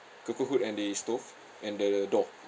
cooker hood and the stove and the door